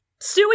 Stewie